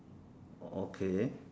oh okay